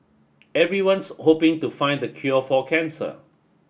everyone's hoping to find the cure for cancer